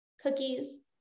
cookies